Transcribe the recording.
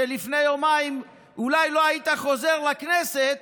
שלפני יומיים אולי לא היית חוזר לכנסת,